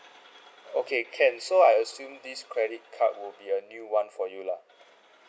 okay can so I assume this credit will be a new [one] for you lah